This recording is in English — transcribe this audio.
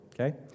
okay